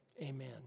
amen